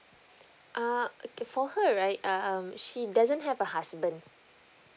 err okay for her right um she doesn't have a husband